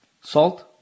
salt